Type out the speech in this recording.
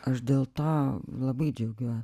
aš dėl to labai džiaugiuo